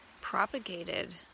propagated